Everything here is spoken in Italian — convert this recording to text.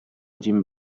jim